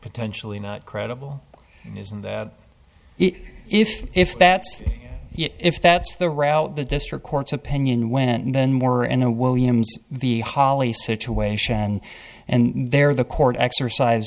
potentially not credible isn't it if if that's if that's the route the district court's opinion went and then were in a williams v holly situation and there the court exercise